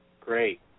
Great